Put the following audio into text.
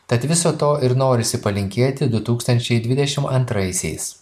tad viso to ir norisi palinkėti du tūkstančiai dvidešim antraisiais